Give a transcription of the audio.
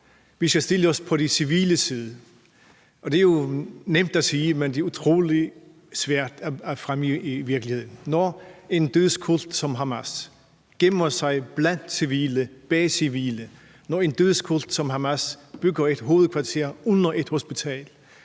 vi skal stille os på de civiles side. Det er jo nemt at sige, men det er utrolig svært at fremme i virkeligheden, når en dødskult som Hamas gemmer sig blandt civile, bag civile. Hvis man siger, at man stiller sig